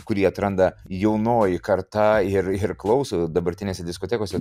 kurį atranda jaunoji karta ir ir klauso ir dabartinėse diskotekose